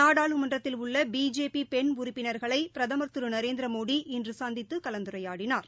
நாடாளுமன்றத்தில் உள்ளபிஜேபி பெண் உறுப்பினர்களைபிரதமர் திருநரேந்திரமோடி இன்றுசந்தித்துகலந்துரையாடினார்